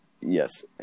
Yes